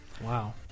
Wow